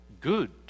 good